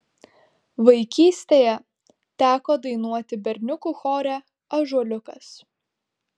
vaikystėje teko dainuoti berniukų chore ąžuoliukas